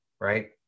Right